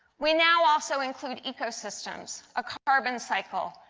we now also include ecosystems, a carbon cycle,